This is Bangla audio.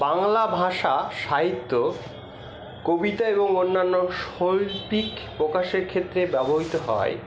বাংলা ভাষা সাহিত্য কবিতা এবং অন্যান্য শৈল্পিক প্রকাশের ক্ষেত্রে ব্যবহৃত হয়